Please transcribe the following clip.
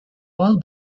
all